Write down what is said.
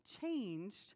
changed